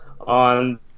on